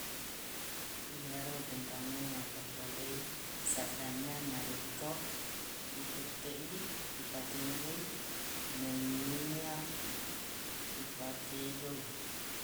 Iyaro genrangnge napafolei saddanna narekko itette i ipatenre i nennia ifakedo i